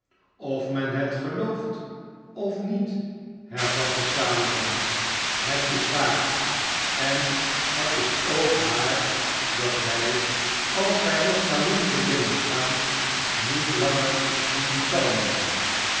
of men het gelooft of niet hervatte salomon snet is waar en het is ook waar dat wij als wij nog naar londen willen gaan niet langer moeten talmen